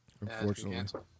Unfortunately